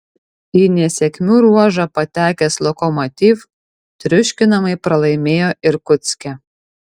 į nesėkmių ruožą patekęs lokomotiv triuškinamai pralaimėjo irkutske